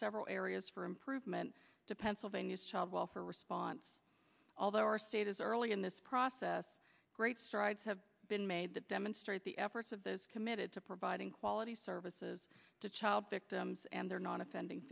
several areas for improvement to pennsylvania's child welfare response although our state is early in this process great strides have been made that demonstrate the efforts of those committed to providing quality services to child victims and their non offending